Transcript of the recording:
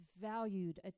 valued